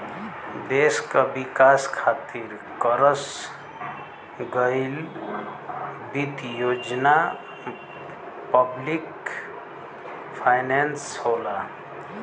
देश क विकास खातिर करस गयल वित्त योजना पब्लिक फाइनेंस होला